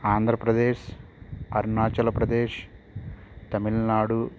Andhra Pradesh Arunachal Pradesh Tamil Nadu